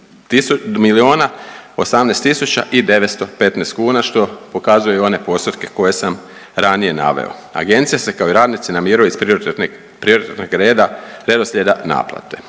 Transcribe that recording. tisuća i 915 kuna, što pokazuje i one postotke koje sam ranije naveo. Agencija se kao i radnici namiruju iz prioritetnog, prioritetnog reda redoslijeda naplate.